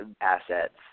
assets